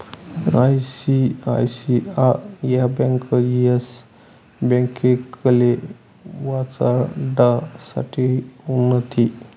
ICICI bank Yes ब्यांकले वाचाडासाठे उनथी